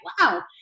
wow